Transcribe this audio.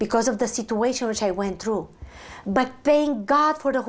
because of the situation which i went through but thank god for the